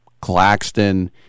Claxton